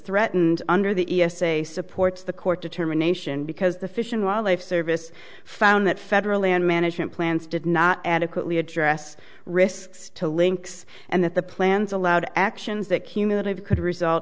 threatened under the e s a supports the court determination because the fish and wildlife service found that federal land management plans did not adequately address risks to links and that the plans allowed actions that cumulative could result